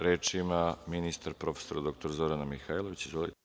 Reč ima ministar prof. dr Zorana Mihajlović.